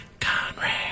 Conrad